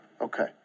Okay